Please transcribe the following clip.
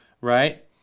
right